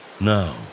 Now